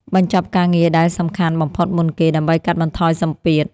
បញ្ចប់ការងារដែលសំខាន់បំផុតមុនគេ ដើម្បីកាត់បន្ថយសម្ពាធ។